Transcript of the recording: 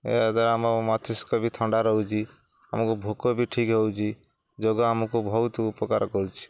ଏହାଦ୍ୱାରା ଆମ ମସ୍ତିଷ୍କ ବି ଥଣ୍ଡା ରହୁଛିି ଆମକୁ ଭୋକ ବି ଠିକ୍ ହେଉଛିି ଯୋଗ ଆମକୁ ବହୁତ ଉପକାର କରୁଛିି